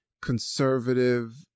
conservative